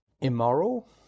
immoral